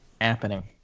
happening